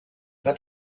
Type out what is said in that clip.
that